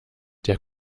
der